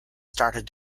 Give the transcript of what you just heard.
started